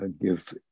give